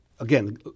Again